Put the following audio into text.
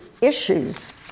issues